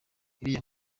iriya